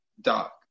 doc